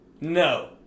No